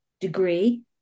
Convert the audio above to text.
degree